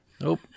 Nope